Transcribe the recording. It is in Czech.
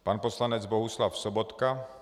Pan poslanec Bohuslav Sobotka.